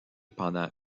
pendant